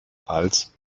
als